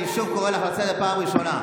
אני שוב קורא אותך לסדר פעם ראשונה.